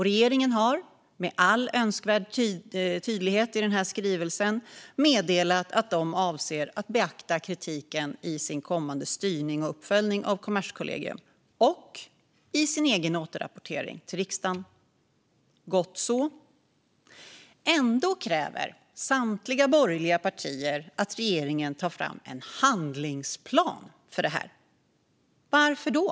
Regeringen har med all önskvärd tydlighet i denna skrivelse meddelat att de avser att beakta kritiken i sin kommande styrning och uppföljning av Kommerskollegium och i sin egen rapportering till riksdagen. Gott så. Ändå kräver samtliga borgerliga partier att regeringen tar fram en handlingsplan för detta. Varför då?